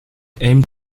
aimed